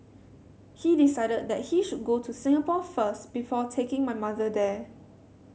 he decided that he should go to Singapore first before taking my mother there